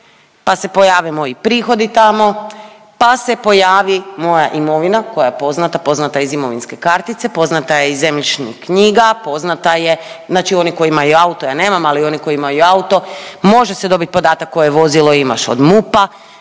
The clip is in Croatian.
pa se pojave moji prihodi tamo, pa se pojavi moja imovina koja je poznata, poznata je iz imovinske kartice, poznata je iz zemljišnih knjiga, poznata je znači oni koji imaju auto, ja nema, ali oni koji imaju auto može se dobiti podatak koje vozilo od MUP-a,